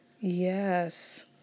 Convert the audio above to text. Yes